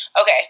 Okay